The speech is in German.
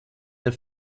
der